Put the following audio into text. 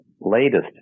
latest